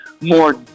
more